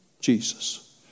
Jesus